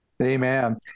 Amen